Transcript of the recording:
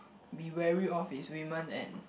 be wary of is woman and